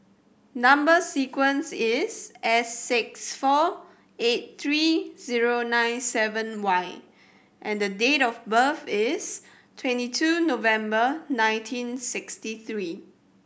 number sequence is S six four eight three zero nine seven Y and the date of birth is twenty two November nineteen sixty three